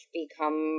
become